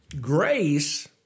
grace